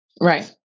Right